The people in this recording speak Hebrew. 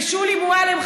ושולי מועלם,